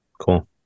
Cool